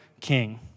king